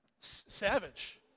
Savage